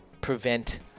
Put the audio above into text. Prevent